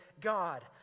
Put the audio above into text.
God